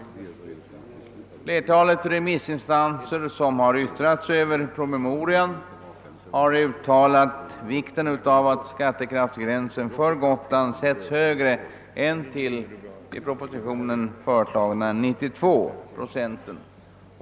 Flertalet av de remissinstanser som yttrat sig över promemorian har framhållit vikten av att skattekraftsgränsen för Gotland sätts högre än 92 procent som föreslagits i propositionen.